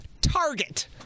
Target